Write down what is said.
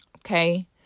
okay